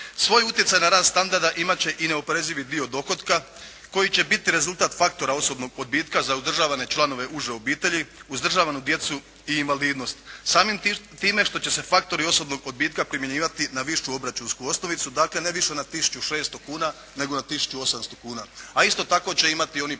Svoj utjecaj na rast standard imati će i neoporezivi dio dohotka koji će biti rezultat faktora osobnog odbitka za uzdržavane članove uže obitelji, uzdržavanu djecu i invalidnost samim time što će se faktori osobnog odbitka primjenjivati na višu obračunsku osnovicu. Dakle ne više na 1600 kuna nego na 1800 kuna. A isto tako će imati i oni porezni